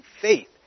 faith